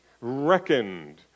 reckoned